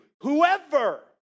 Whoever